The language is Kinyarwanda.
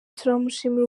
turamushimira